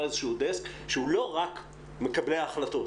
איזשהו דסק שהוא לא רק מקבלי החלטות,